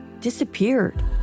disappeared